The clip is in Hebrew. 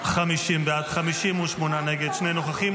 50 בעד, 58 נגד, שני נוכחים.